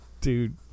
Dude